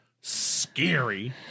scary